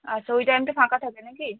আচ্ছা ওই টাইমটা ফাঁকা থাকে না কি